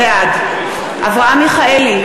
בעד אברהם מיכאלי,